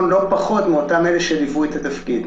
לא פחות מאותם אלה שליוו את התפקיד.